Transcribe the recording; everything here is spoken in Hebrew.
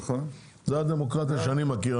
זו הדמוקרטיה שאני מכיר,